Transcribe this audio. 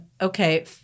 Okay